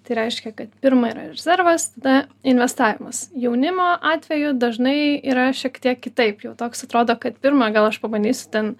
tai reiškia kad pirma yra rezervas tada investavimas jaunimo atveju dažnai yra šiek tiek kitaip jau toks atrodo kad pirma gal aš pabandysiu ten